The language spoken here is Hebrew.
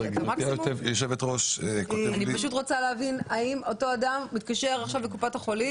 אני רוצה להבין האם אותו אדם מתקשר עכשיו לקופת החולים,